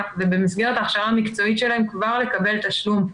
ובמסגרת ההכשרה המקצועית שלהם כבר לקבל תשלום.